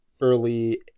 early